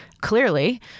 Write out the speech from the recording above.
Clearly